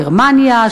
גרמניה,